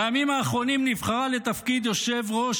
בימים האחרונים נבחרה לתפקיד יושב-ראש